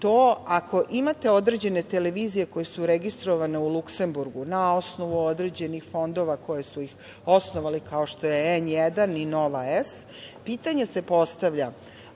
to ako imate određene televizije koje su registrovane u Luksemburgu na osnovu određenih fondova koje su ih osnovali, kao što je N1 i Nova S, pitanje se postavlja,